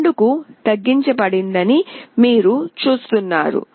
2 కు తగ్గించబడిందని మీరు చూస్తున్నారు